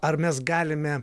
ar mes galime